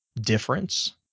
difference